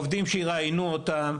עובדים שיראיינו אותם,